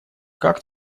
как